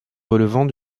relevant